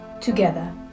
together